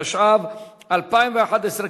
התשע"ב 2011,